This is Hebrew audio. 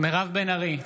מירב בן ארי,